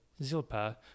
Zilpa